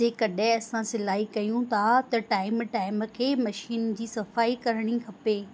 जेकॾहिं असां सिलाई कयूं था त टाइम टाइम ते मशीन जी सफ़ाई करणी खपे